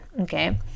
okay